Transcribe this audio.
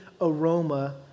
aroma